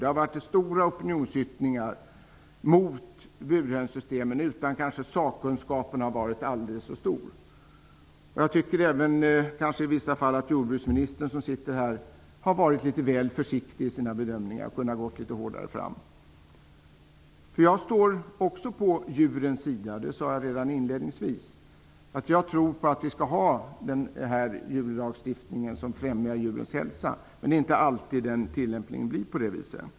Det har varit stora opinionsyttringar mot burhönssystemet utan att sakkunskapen har varit så stor. Jag tycker även att jordbruksministern i vissa fall har varit litet väl försiktig i sina bedömningar och kunde ha gått litet hårdare fram. Jag sade redan inledningsvis att jag står på djurens sida. Jag tror på en lagstiftning om att främja djurens hälsa. Men det är inte alltid som tillämpningen blir så.